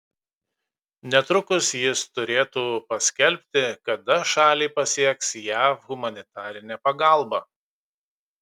netrukus jis turėtų paskelbti kada šalį pasieks jav humanitarinė pagalba